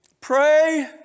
pray